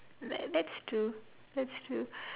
that that's true that's true